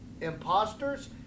Imposters